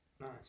Nice